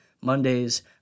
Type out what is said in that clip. Mondays